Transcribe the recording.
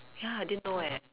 ya I didn't know eh